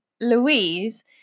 Louise